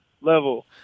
level